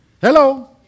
Hello